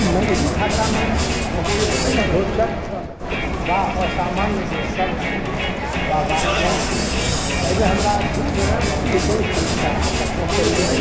मैथिली भाषामे रोचक वा असामान्य जे शब्द अछि वा वाक्यांश अछि एहिमे हमरा दू व्यक्तिक विशेष रूपसँ आकर्षित करैए